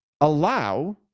allow